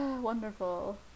wonderful